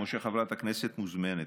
כמו שחברת הכנסת מוזמנת,